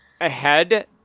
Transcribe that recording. Ahead